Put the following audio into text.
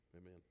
amen